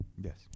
Yes